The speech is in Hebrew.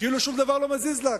כאילו שום דבר לא מזיז לה,